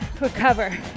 Recover